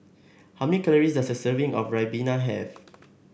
how many calories does a serving of Ribena have